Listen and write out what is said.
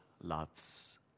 loves